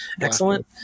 excellent